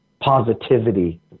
positivity